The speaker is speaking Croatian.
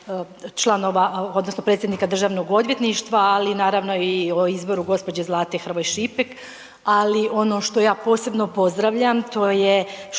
članova, odnosno predsjednika DORH-a, ali naravno i o izboru gospođe Zlate Hrvoj Šipek, ali ono što ja posebno pozdravljam to je